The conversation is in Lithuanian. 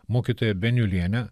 mokytoja beniulienė